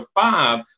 five